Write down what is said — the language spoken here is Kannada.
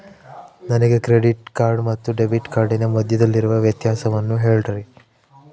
ನನಗೆ ಕ್ರೆಡಿಟ್ ಕಾರ್ಡ್ ಮತ್ತು ಡೆಬಿಟ್ ಕಾರ್ಡಿನ ಮಧ್ಯದಲ್ಲಿರುವ ವ್ಯತ್ಯಾಸವನ್ನು ಹೇಳ್ರಿ?